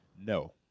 No